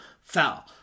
foul